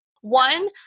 One